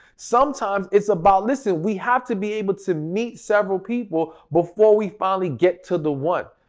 sometimes it's about listen, we have to be able to meet several people before we finally get to the one.